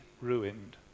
ruined